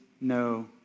no